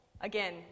Again